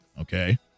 okay